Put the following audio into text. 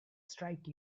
strike